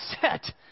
set